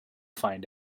find